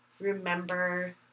remember